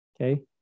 Okay